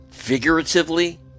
Figuratively